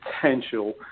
potential